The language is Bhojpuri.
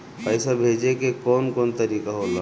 पइसा भेजे के कौन कोन तरीका होला?